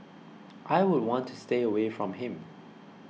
I would want to stay away from him